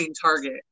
target